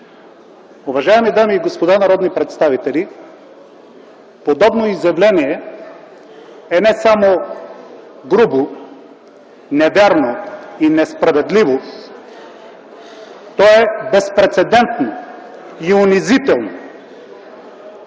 Уважаеми дами и господа народни представители, подобно изявление е не само грубо, невярно и несправедливо. То е безпрецедентно и унизително